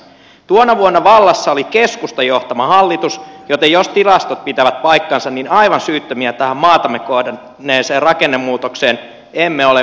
tuona vuonna vallassa oli keskustan johtama hallitus joten jos tilastot pitävät paikkansa niin aivan syyttömiä tähän maatamme kohdanneeseen rakennemuutokseen em me ole mekään